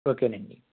okay నండి